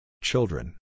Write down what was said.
Children